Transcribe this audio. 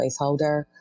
placeholder